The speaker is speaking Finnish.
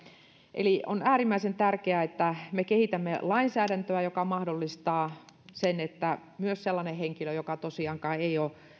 eli on äärimmäisen tärkeää että me kehitämme lainsäädäntöä joka mahdollistaa sen että myös sellainen henkilö joka tosiaankaan ei ole